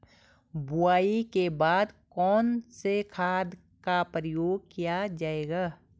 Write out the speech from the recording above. बुआई के बाद कौन से खाद का प्रयोग किया जायेगा?